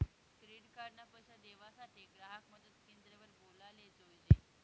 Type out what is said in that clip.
credit card ना पैसा देवासाठे ग्राहक मदत क्रेंद्र वर बोलाले जोयजे